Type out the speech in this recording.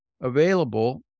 available